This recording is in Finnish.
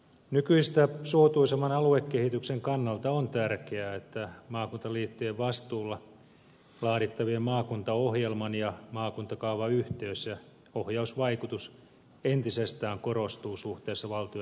nykyistä suotuisamman aluekehityksen kannalta on tärkeää että maakuntaliittojen vastuulla laadittavien maakuntaohjelman ja maakuntakaavan yhteys ja ohjausvaikutus entisestään korostuu suhteessa valtion aluehallintoviranomaisiin